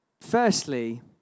firstly